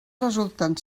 resulten